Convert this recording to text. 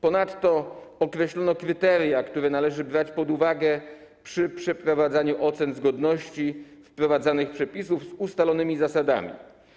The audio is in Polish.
Ponadto określono kryteria, które należy brać pod uwagę przy przeprowadzaniu ocen zgodności wprowadzanych przepisów z ustalonymi zasadami.